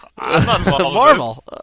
Marvel